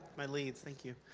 my leads, thank you.